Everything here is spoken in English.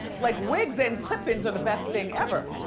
like wigs and clip ins are the best thing ever.